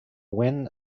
wen